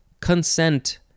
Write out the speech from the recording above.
consent